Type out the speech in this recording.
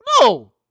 No